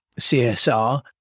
CSR